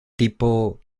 tipo